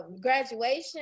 graduation